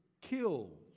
killed